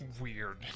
weird